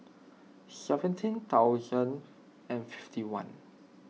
seventeen thousand and fifty one